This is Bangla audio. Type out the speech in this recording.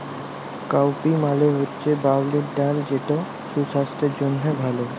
কাউপি মালে হছে বিউলির ডাল যেট সুসাস্থের জ্যনহে ভাল